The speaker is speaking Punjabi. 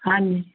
ਹਾਂਜੀ